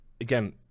again